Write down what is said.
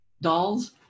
dolls